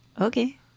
Okay